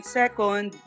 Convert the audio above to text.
second